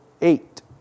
eight